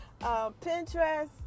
Pinterest